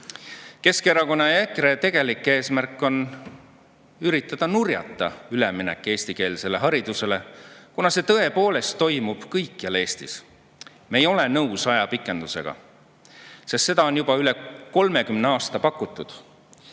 Keskerakonna ja EKRE tegelik eesmärk on üritada nurjata üleminek eestikeelsele haridusele, kuna see tõepoolest toimub kõikjal Eestis. Me ei ole nõus ajapikendusega, sest seda on juba üle 30 aasta pakutud.